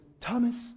Thomas